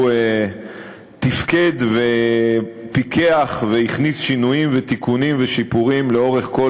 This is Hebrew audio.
הוא תפקד ופיקח והכניס שינויים ותיקונים ושיפורים לאורך כל